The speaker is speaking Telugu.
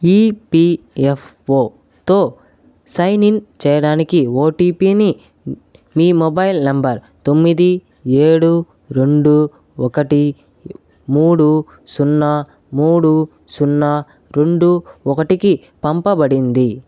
ఈపిఎఫ్ఓతో సైన్ ఇన్ చేయడానికి ఓటీపీని మీ మొబైల్ నంబరు తొమ్మిది ఏడు రెండు ఒకటి మూడు సున్నా మూడు సున్నా రెండు ఒకటికి పంపబడింది